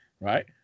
Right